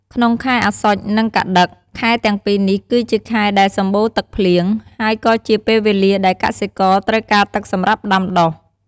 ក្នុងខែអស្សុជ និងកត្តិក: ខែទាំងពីរនេះគឺជាខែដែលសម្បូរទឹកភ្លៀង ហើយក៏ជាពេលវេលាដែលកសិករត្រូវការទឹកសម្រាប់ដាំដុះ។